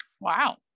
Wow